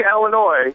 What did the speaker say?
Illinois